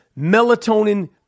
melatonin